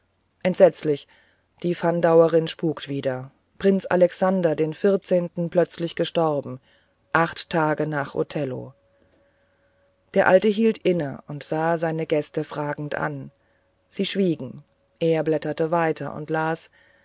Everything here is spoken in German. entsetzlich die fandauerin spukt wieder prinz alexander den vierzehnten plötzlich gestorben acht tage nach othello der alte hielt inne und sah seine gäste fragend an sie schwiegen er blätterte weiter und las